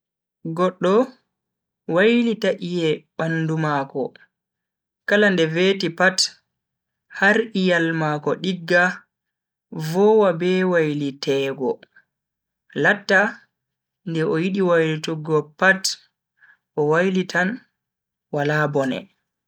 Goddo wailita iye bandu mako kala nde veti pat har iyal mako digga vowa be wailiteego. latta nde o yidi wailutuggo pat o wailitan wala bone.